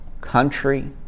country